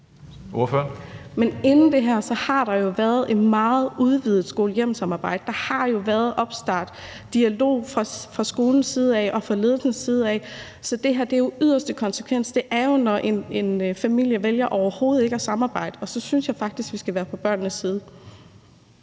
Men inden det her har der jo været et meget udvidet skole-hjem-samarbejde. Der har været opstart og dialog fra skolens side og fra ledelsens side, så det her er den yderste konsekvens. Det sker jo, når en familie vælger overhovedet ikke at samarbejde, og så synes jeg faktisk, at vi skal være på børnenes side.